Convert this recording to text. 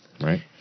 right